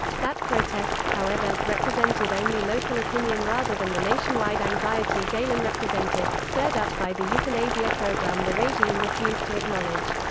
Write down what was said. that protest, however, represented only local opinion rather than the nationwide anxiety galen represented, stirred up by the euthanasia program the regime refused to acknowledge.